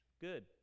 good